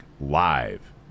live